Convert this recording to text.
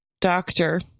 doctor